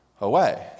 away